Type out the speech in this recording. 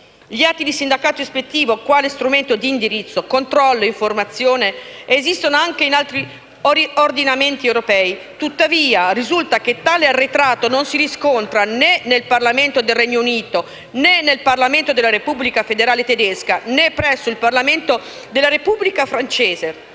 Gli atti di sindacato ispettivo quale strumento di indirizzo, controllo ed informazione, esistono anche in altri ordinamenti europei, tuttavia risulta che tale arretrato non si riscontra né nel Parlamento del Regno Unito, né presso il Parlamento della Repubblica federale tedesca, né presso il Parlamento della Repubblica francese,